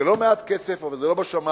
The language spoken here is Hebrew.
זה לא מעט כסף אבל זה לא בשמים.